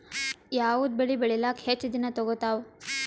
ಯಾವದ ಬೆಳಿ ಬೇಳಿಲಾಕ ಹೆಚ್ಚ ದಿನಾ ತೋಗತ್ತಾವ?